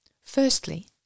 Firstly